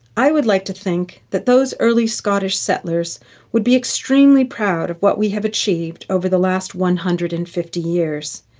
i would like to think that those early scottish settlers would be extremely proud of what we have achieved over the last one hundred and fifty years.